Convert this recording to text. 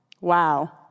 Wow